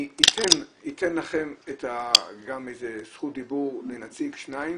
אני אתן לכם את זכות הדיבור, לנציג או שניים,